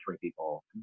people